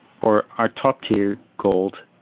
for our top-tier gold,